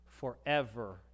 Forever